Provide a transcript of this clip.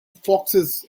foxes